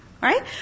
Right